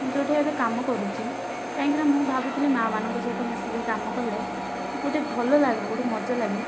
ମୁଁ ଯେଉଁଠି ଏବେ କାମ କରୁଛି କାହିଁକି ନା ମୁଁ ଭାବୁଥିଲି ମା' ମାନଙ୍କ ସହିତ ମିଶିକି କାମ କଲେ ଗୋଟିଏ ଭଲ ଲାଗିବ ଗୋଟିଏ ମଜା ଲାଗିବ